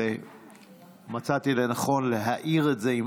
אבל מצאתי לנכון להאיר את זה,